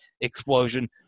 explosion